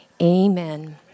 amen